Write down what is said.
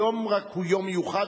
היום הוא רק יום מיוחד,